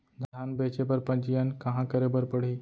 धान बेचे बर पंजीयन कहाँ करे बर पड़ही?